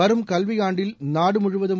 வரும் கல்வி ஆண்டில் நாடு முழுவதும்